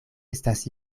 estas